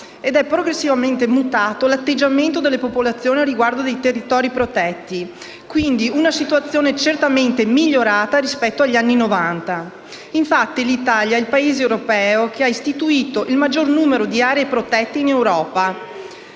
ed è progressivamente mutato l'atteggiamento delle popolazioni riguardo ai territori protetti. Quindi, la situazione è certamente migliorata rispetto agli anni Novanta. Infatti, l'Italia è il Paese europeo che ha istituito il maggior numero di aree protette in Europa.